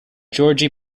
georgi